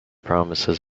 promises